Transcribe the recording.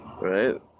right